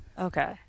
Okay